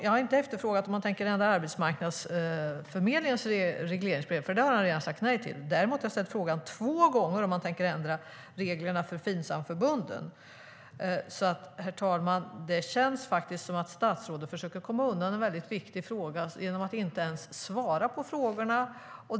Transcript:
Jag har inte frågat om han tänker ändra Arbetsförmedlingens regleringsbrev, för det har han redan sagt nej till. Däremot har jag två gånger ställt frågan om han tänker ändra reglerna för Finsamförbunden. Herr ålderspresident! Det känns faktiskt som att statsrådet försöker komma undan en viktig fråga genom att inte ens svara på frågor.